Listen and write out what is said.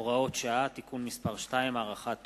(הוראות שעה) (תיקון מס' 2) (הארכת תוקף),